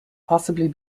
possibly